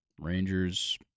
Rangers